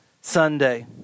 Sunday